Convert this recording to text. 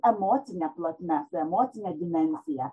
emocine plotme su emocine dimensija